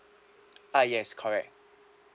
ah yes correct